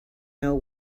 know